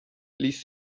ließ